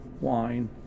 wine